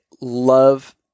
love